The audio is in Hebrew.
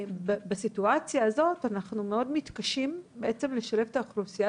בסיטואציה הזאת אנחנו מאוד מתקשים לשלב את האוכלוסייה